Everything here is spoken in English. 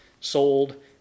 sold